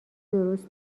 درست